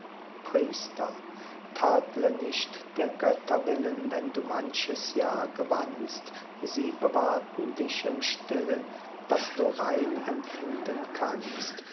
priester tadle nicht der götter willen wenn du manches jahr gewannst sie bewahrten dich im stillen daß du rein empfinden kannst